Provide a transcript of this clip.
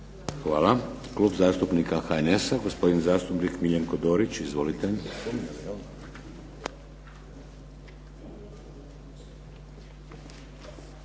Hvala. Klub zastupnika HNS-a gospodin zastupnik Miljenko Dorić. Izvolite.